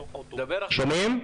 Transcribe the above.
שומעים?